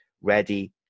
ready